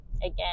again